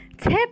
Tip